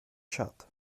tschad